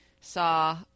saw